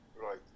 Right